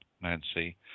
Nancy